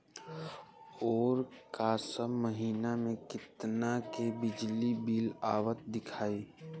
ओर का सब महीना में कितना के बिजली बिल आवत दिखाई